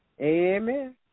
Amen